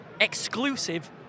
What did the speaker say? exclusive